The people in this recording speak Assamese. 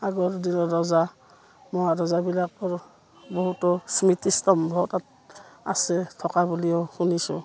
আগৰ দিনৰ ৰজা মহাৰজাবিলাকৰ বহুতো স্মৃতিস্তম্ভ তাত আছে থকা বুলিও শুনিছোঁ